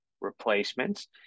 replacements